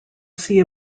see